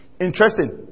Interesting